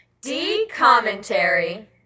D-commentary